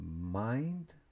mind